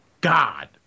God